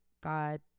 God